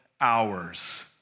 hours